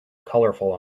colorful